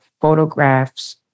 photographs